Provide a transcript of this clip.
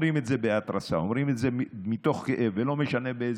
בבקשה, חבר הכנסת יעקב מרגי, עשר דקות,